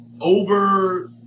over